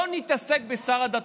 לא נתעסק בשר הדתות,